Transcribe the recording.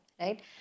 Right